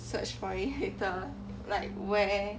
search for it later like where